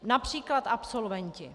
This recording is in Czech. Například absolventi.